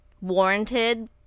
warranted